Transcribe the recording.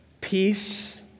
peace